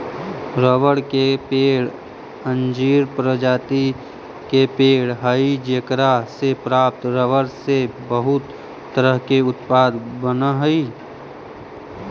रबड़ के पेड़ अंजीर प्रजाति के पेड़ हइ जेकरा से प्राप्त रबर से बहुत तरह के उत्पाद बनऽ हइ